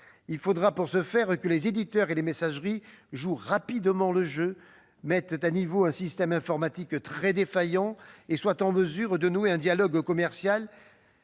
Il faudra, pour ce faire, que les éditeurs et les messageries jouent rapidement le jeu, mettent à niveau un système informatique très défaillant et soient en mesure de nouer un dialogue commercial